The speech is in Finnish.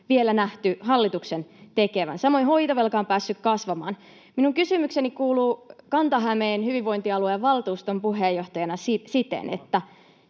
vielä nähty hallituksen tekevän. Samoin hoitovelka on päässyt kasvamaan. Minun kysymykseni kuuluu Kanta-Hämeen hyvinvointialueen valtuuston puheenjohtajana: Millaisia